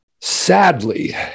Sadly